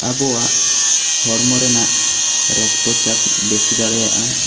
ᱟᱵᱚᱣᱟᱜ ᱦᱚᱲᱢᱚ ᱨᱮᱱᱟᱜ ᱨᱚᱠᱛᱚᱪᱟᱯ ᱵᱮᱥᱤ ᱫᱟᱲᱮᱭᱟᱜᱼᱟ